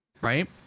right